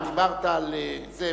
ודיברת על זה,